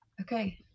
Okay